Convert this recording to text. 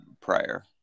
prior